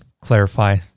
clarify